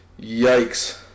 yikes